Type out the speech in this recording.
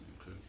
Okay